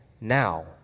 now